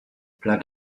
plug